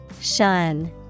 Shun